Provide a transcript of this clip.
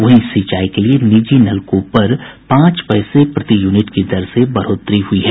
वहीं सिंचाई के लिए निजी नलकूप पर पांच पैसे प्रति यूनिट की दर से बढ़ोतरी हुई है